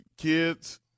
kids